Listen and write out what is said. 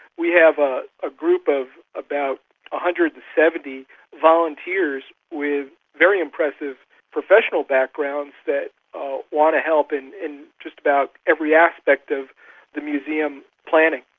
we have a ah group of about one hundred seventy volunteers with very impressive professional backgrounds that want to help in in just about every aspect of the museum planning.